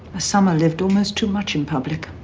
a summer lived almost too much in public.